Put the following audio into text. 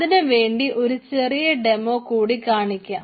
അതിനുവേണ്ടി ഒരു ചെറിയ ഡെമോ കൂടി കാണിക്കാം